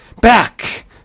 back